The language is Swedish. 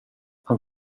han